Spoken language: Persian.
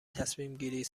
تصمیمگیری